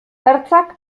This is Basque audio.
ertzak